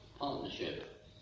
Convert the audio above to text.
partnership